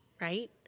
right